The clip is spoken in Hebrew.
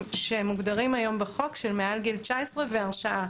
שמוגדרים היום בחוק של מעל גיל 19 והרשעה.